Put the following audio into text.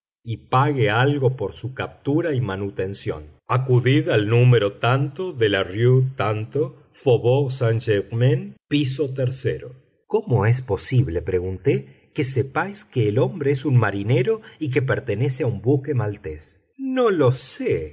y pague algo por su captura y manutención acudid al número rue faubourg saint-germain piso tercero cómo es posible pregunté que sepáis que el hombre es un marinero y que pertenece a un buque maltés no lo sé